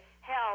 hell